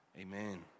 Amen